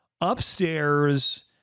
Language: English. upstairs